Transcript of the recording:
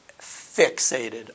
fixated